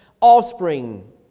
offspring